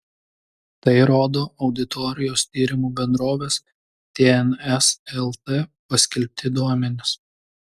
tai rodo auditorijos tyrimų bendrovės tns lt paskelbti duomenys